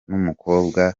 n’umukobwa